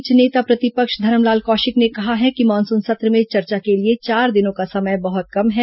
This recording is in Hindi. इस बीच नेता प्रतिपक्ष धरमलाल कौशिक ने कहा है कि मानसून सत्र में चर्चा के लिए चार दिनों का समय बहुत कम है